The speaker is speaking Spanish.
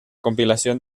compilación